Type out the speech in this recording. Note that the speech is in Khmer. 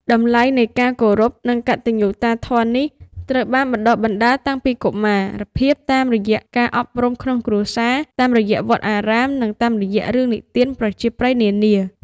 តម្លៃនៃការគោរព និងកតញ្ញុតាធម៌នេះ ត្រូវបានបណ្ដុះបណ្ដាលតាំងពីកុមារភាពតាមរយៈការអប់រំក្នុងគ្រួសារ តាមរយៈវត្តអារាម និងតាមរយៈរឿងនិទានប្រជាប្រិយនានា។